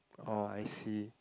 oh I see